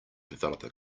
developer